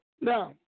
Now